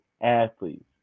athletes